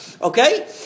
Okay